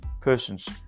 persons